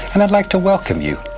and i'd like to welcome you.